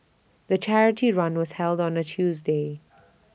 the charity run was held on A Tuesday